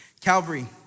Calvary